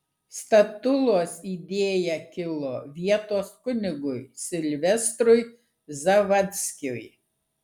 statulos idėja kilo vietos kunigui silvestrui zavadzkiui